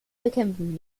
bekämpfen